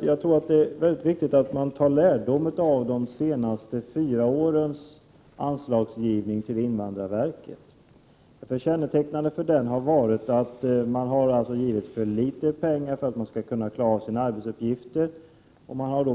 Jag tror att det är mycket viktigt att ta lärdom av de senaste fyra årens anslagsgivning till invandrarverket. Kännetecknande för den har varit att för litet pengar har givits för att invandrarverket skall kunna klara sina arbetsuppgifter.